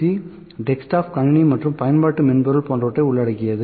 C desktop கணினி மற்றும் பயன்பாட்டு மென்பொருள் போன்றவற்றை உள்ளடக்கியது